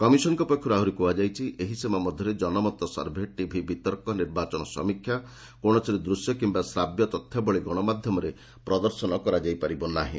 commission ପକ୍ଷରୁ ଆହୁରି କୁହାଯାଇଛି ଏହି ସମୟ ମଧ୍ୟରେ ଜନମତ ସର୍ଭେ ଟିଭି ବିତର୍କ ନିର୍ବାଚନ ସମୀକ୍ଷା କୌଣସି ଦୂଶ୍ୟ କମ୍ୟା ଶ୍ରାବ୍ୟ ତଥ୍ୟାବଳୀ ଗଣମାଧ୍ୟମରେ ପ୍ରଦର୍ଶନ କରାଯାଇ ପାରିବ ନାହିଁ